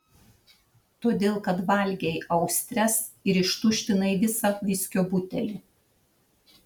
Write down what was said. todėl kad valgei austres ir ištuštinai visą viskio butelį